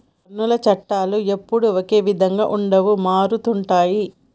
పన్నుల చట్టాలు ఎప్పుడూ ఒకే విధంగా ఉండవు మారుతుంటాయి